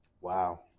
Wow